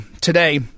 today